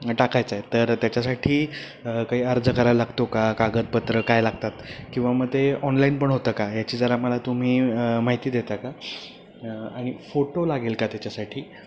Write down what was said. टाकायचा आहे तर त्याच्यासाठी काही अर्ज करायला लागतो का कागदपत्र काय लागतात किंवा मग ते ऑनलाईन पण होतं का याची जरा मला तुम्ही माहिती देता का आणि फोटो लागेल का त्याच्यासाठी